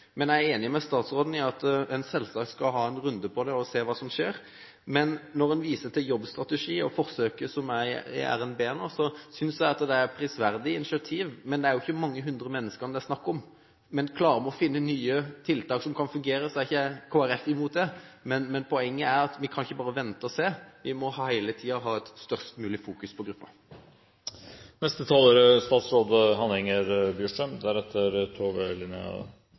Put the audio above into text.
men jeg er enig med statsråden i at en selvsagt skal ha en runde på dette, og se hva som skjer. Når en viser til jobbstrategi og forsøket i forbindelse med revidert nasjonalbudsjett nå, synes jeg det er et prisverdig initiativ. Men det er jo ikke mange hundre menneskene det er snakk om. Klarer vi å finne nye tiltak som kan fungere, er ikke Kristelig Folkeparti imot det. Men poenget er at vi kan ikke bare vente og se, vi må hele tiden fokusere mest mulig på